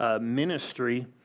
ministry